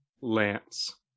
Lance